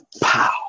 pow